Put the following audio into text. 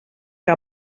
que